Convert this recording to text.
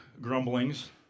grumblings